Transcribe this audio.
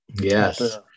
Yes